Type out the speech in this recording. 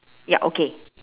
ya okay